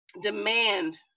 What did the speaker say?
demand